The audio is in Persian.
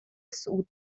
صعود